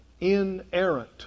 inerrant